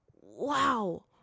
Wow